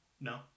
No